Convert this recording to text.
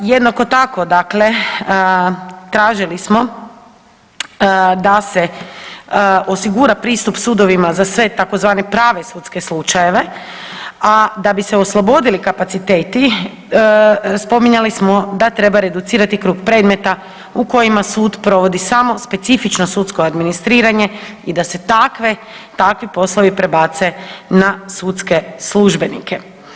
Jednako tako dakle tražili smo da se osigura pristup sudovima za sve tzv. prave sudske slučajeve, a da bi se oslobodili kapaciteti spominjali smo da treba reducirati krug predmeta u kojima sud provodi samo specifično sudsko administriranje i da se takvi poslovi prebace na sudske službenike.